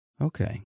Okay